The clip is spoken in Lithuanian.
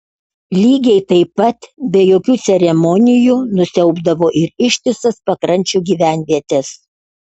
lygiai taip pat be jokių ceremonijų nusiaubdavo ir ištisas pakrančių gyvenvietes